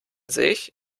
sich